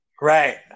Right